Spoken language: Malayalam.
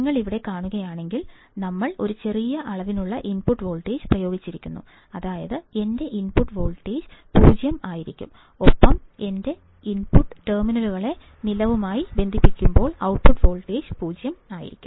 നിങ്ങൾ ഇവിടെ കാണുകയാണെങ്കിൽ ഞങ്ങൾ ഒരു ചെറിയ അളവിലുള്ള ഇൻപുട്ട് വോൾട്ടേജ് പ്രയോഗിക്കുന്നു അതായത് എന്റെ ഔട്ട്പുട്ട് വോൾട്ടേജ് 0 ആയിരിക്കും ഒപ്പം എന്റെ ഇൻപുട്ട് ടെർമിനലുകളെ നിലവുമായി ബന്ധിപ്പിക്കുമ്പോൾ ഔട്ട്പുട്ട് വോൾട്ടേജ് 0 ആയിരിക്കണം